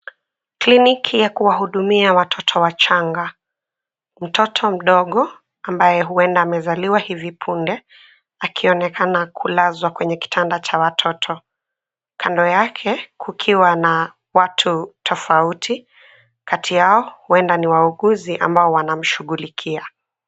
Kliniki ya kuhudumia watoto wachanga. Mtoto mdogo ambaye huenda amezaliwa hivi punde akionekana kulazwa kwenye kitanda cha watoto. Kando yake kukiwa na watu tofauti kati yao huenda ni wauguzi ambao wanamshughulikia.